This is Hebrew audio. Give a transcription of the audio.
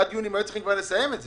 עד יוני הם היו צריכים כבר לסיים את זה.